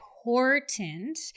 important